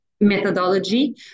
methodology